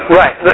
right